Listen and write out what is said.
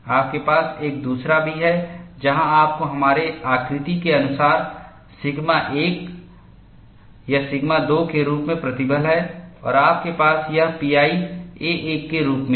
आपके पास एक दूसरा भी है जहां आपको हमारे आकृति के अनुसार सिग्मा 1 या सिग्मा 2 के रूप में प्रतिबल है और आपके पास यह pi a1 के रूप में है